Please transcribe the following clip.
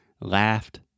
laughed